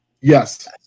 Yes